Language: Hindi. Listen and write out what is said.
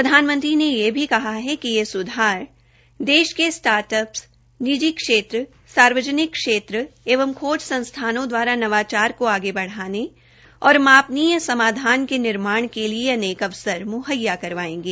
प्रधानमंत्री ने यह भी कहा कि ये सुधार देश के स्टार्टअप निजी क्षेत्र सार्वजनिक क्षेत्र एवं खोज संस्थाओं द्वारा नवाचार को आगे बढ़ाने और मापनीय समाधान के निर्माण के लिए अनेक अवसर मुहैया करवायेंगे